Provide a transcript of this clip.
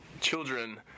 Children